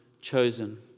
chosen